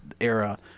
era